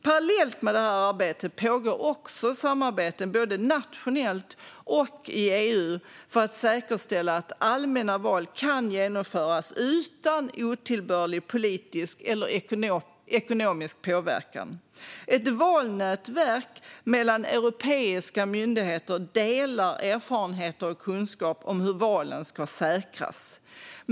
Parallellt med det här arbetet pågår också samarbeten både nationellt och i EU för att säkerställa att allmänna val kan genomföras utan otillbörlig politisk eller ekonomisk påverkan. Ett valnätverk mellan europeiska myndigheter delar erfarenheter och kunskap om hur valen ska säkras.